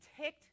Ticked